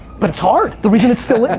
but it's hard. the reason it's still and